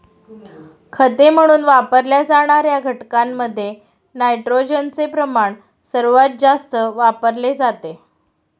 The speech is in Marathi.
खते म्हणून वापरल्या जाणार्या घटकांमध्ये नायट्रोजनचे प्रमाण सर्वात जास्त वापरले जाते